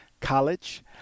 college